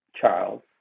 Charles